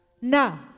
Now